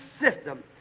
system